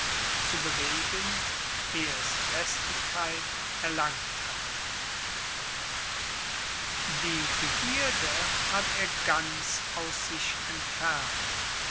zu bewegen ehe es festigkeit erlangt hat die begierde hat er ganz aus sich entfernt